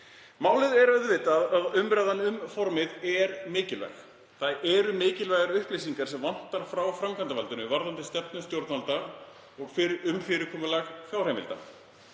Málið er auðvitað að umræðan um formið er mikilvæg. Það vantar mikilvægar upplýsingar frá framkvæmdarvaldinu varðandi stefnu stjórnvalda og fyrirkomulag fjárheimilda.